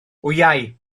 wyau